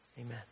Amen